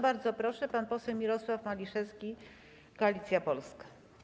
Bardzo proszę, pan poseł Mirosław Maliszewski, Koalicja Polska.